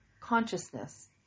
consciousness